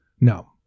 No